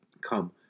Come